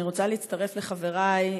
אני רוצה להצטרף לחברי,